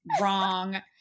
Wrong